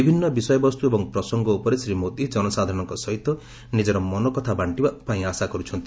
ବିଭିନ୍ନ ବିଷୟବସ୍କୁ ଏବଂ ପ୍ରସଙ୍ଙ ଉପରେ ଶ୍ରୀ ମୋଦି ଜନସାଧାରଣଙ୍କ ସହିତ ନିକର ମନକଥା ବାଙ୍କିବାପାଇଁ ଆଶା କର୍ବଛନ୍ତି